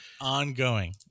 ongoing